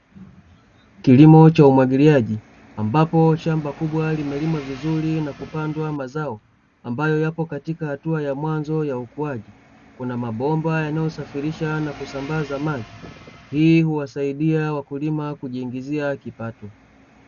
Kilimo cha umwagiliaji, ambapo shamba kubwa limelimwa vizuri na kupandwa mazao ambayo yapo katika hatua ya mwanzo ya ukuaji. Kuna mabomba yanayosafirisha na kusambaza maji. Hii huwasaidia wakulima kujiingizia kipato.